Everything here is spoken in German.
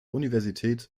universität